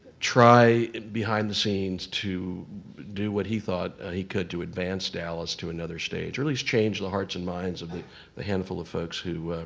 try behind the scenes to do what he thought he could to advance dallas to another stage or at least change the hearts and minds of the the handful of folks who